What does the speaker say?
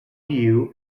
view